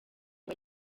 ngo